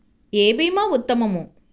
ఏ భీమా ఉత్తమము?